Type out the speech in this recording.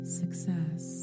success